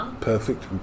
perfect